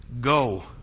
Go